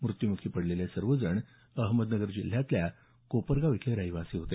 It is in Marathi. मृत्युमुखी पडलेले सर्व जण अहमदनगर जिल्ह्यातल्या कोपरगाव इथले रहिवासी होते